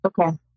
Okay